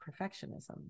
perfectionism